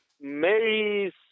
Mary's